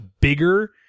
bigger